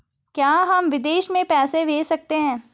क्या हम विदेश में पैसे भेज सकते हैं?